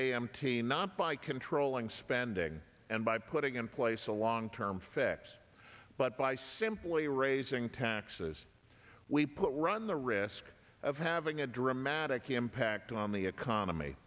t not by controlling spending and by putting in place a long term fix but by simply raising taxes we put run the risk of having a dramatic impact on the economy